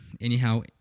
anyhow